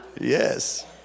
Yes